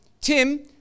Tim